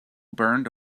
burned